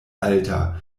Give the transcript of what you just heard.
alta